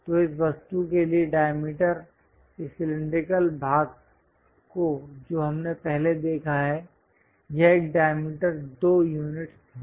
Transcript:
तो इस वस्तु के लिए डायमीटर इस सिलैंडरिकल भाग को जो हमने पहले देखा है यह एक डायमीटर 2 यूनिट्स है